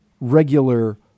regular